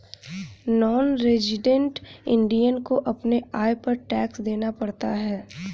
non resident Indian को अपने आय पर टैक्स देना पड़ता है